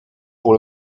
pour